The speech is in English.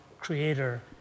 creator